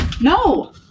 No